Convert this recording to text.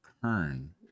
Kern